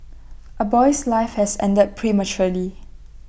A boy's life has ended prematurely